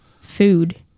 food